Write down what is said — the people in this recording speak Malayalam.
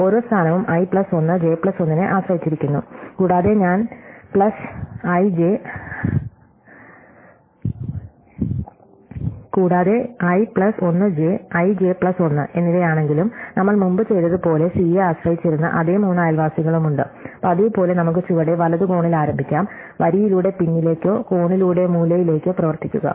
ഓരോ സ്ഥാനവും i പ്ലസ് 1 ജെ പ്ലസ് 1 നെ ആശ്രയിച്ചിരിക്കുന്നു കൂടാതെ i plus 1 J IJ plus 1 എന്നിവയാണെങ്കിലും നമ്മൾ മുമ്പ് ചെയ്തതുപോലെ C യെ ആശ്രയിച്ചിരുന്ന അതേ മൂന്ന് അയൽവാസികളുമുണ്ട് പതിവുപോലെ നമുക്ക് ചുവടെ വലത് കോണിൽ ആരംഭിക്കാം വരിയിലൂടെ പിന്നിലേക്കോ കോണിലൂടെ മൂലയിലേക്കോ പ്രവർത്തിക്കുക